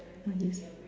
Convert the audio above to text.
ah yes